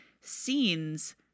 scenes